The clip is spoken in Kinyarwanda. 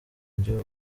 gihugu